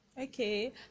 okay